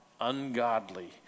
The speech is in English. ungodly